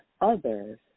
others